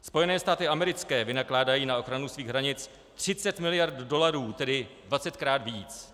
Spojené státy americké vynakládají na ochranu svých hranic 30 miliard dolarů, tedy 20krát víc.